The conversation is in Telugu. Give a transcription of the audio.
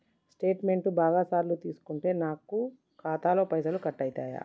స్టేట్మెంటు బాగా సార్లు తీసుకుంటే నాకు ఖాతాలో పైసలు కట్ అవుతయా?